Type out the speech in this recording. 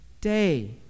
day